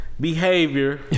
behavior